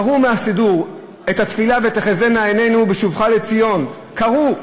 קרעו מהסידור את התפילה "ותחזינה עינינו בשובך לציון" קרעו,